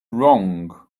wrong